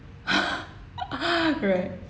right